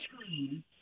screen